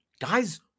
Guys